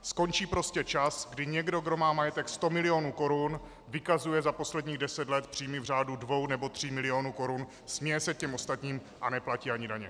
Skončí prostě čas, kdy někdo, kdo má majetek sto milionů korun, vykazuje za posledních deset let příjmy v řádu dvou nebo tří milionů korun, směje se těm ostatním a neplatí ani daně.